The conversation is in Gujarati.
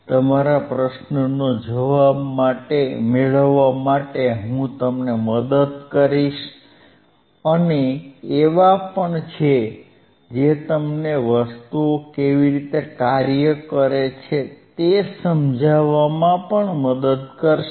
તમારા પ્રશ્નનો જવાબ મેળવવા માટે હું તમને મદદ કરીશ અને એવા પણ છે જે તમને વસ્તુઓ કેવી રીતે કાર્ય કરે છે તે સમજાવવામાં મદદ કરશે